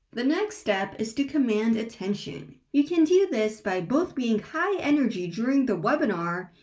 the next step is to command attention. you can do this by both being high-energy during the webinar,